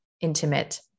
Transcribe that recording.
intimate